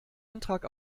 antrag